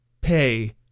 pay